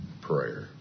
prayer